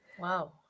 Wow